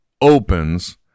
opens